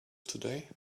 today